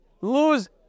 lose